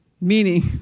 meaning